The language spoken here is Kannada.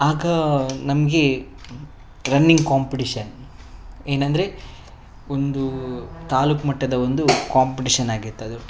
ಆಗ ನಮಗೆ ರನ್ನಿಂಗ್ ಕಾಂಪಿಟಿಷನ್ ಏನೆಂದ್ರೆ ಒಂದು ತಾಲೂಕು ಮಟ್ಟದ ಒಂದು ಕಾಂಪಿಟಿಷನ್ ಆಗಿತ್ತದು